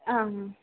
ಆಂ ಹಾಂ